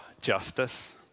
justice